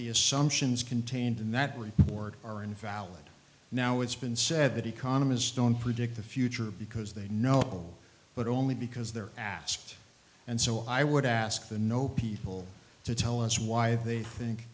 the assumptions contained in that were or are invalid now it's been said that economists don't predict the future because they know but only because they're asked and so i would ask the know people to tell us why they think